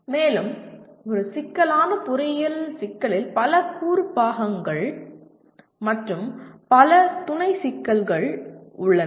மேலும் ஒரு சிக்கலான பொறியியல் சிக்கலில் பல கூறு பாகங்கள் மற்றும் பல துணை சிக்கல்கள் உள்ளன